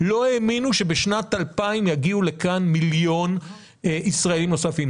לא האמינו שבשנת 2000 יגיעו לכאן מיליון ישראלים נוספים.